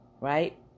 right